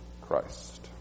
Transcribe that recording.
Christ